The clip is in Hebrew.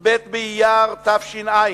י"ב באייר תש"ע,